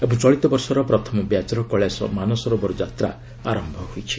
ଏବଂ ଚଳିତ ବର୍ଷର ପ୍ରଥମ ବ୍ୟାଚ୍ର କୈଳାଶ ମାନସରୋବର ଯାତ୍ରା ଆରମ୍ଭ ହୋଇଛି